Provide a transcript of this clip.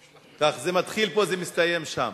כך, זה מתחיל פה, זה מסתיים שם.